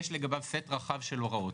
יש לגביו סט רחב של הוראות.